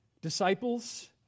Disciples